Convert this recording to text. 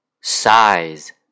size